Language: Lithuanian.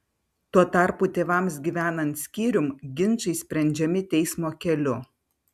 tuo tarpu tėvams gyvenant skyrium ginčai sprendžiami teismo keliu